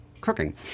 cooking